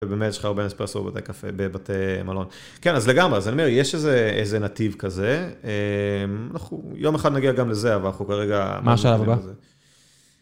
ובאמת יש לך הרבה אספרסו בבתי קפה, בבתי מלון. כן, אז לגמרי, אז אני אומר, יש איזה נתיב כזה, אנחנו יום אחד נגיע גם לזה, אבל אנחנו כרגע... מה השלב הבא?